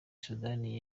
sudani